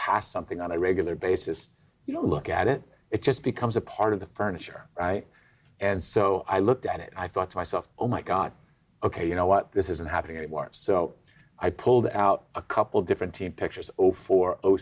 passed something on a regular basis you look at it it just becomes a part of the furniture and so i looked at it i thought to myself oh my god ok you know what this isn't happening anymore so i pulled out a couple different team pictures over four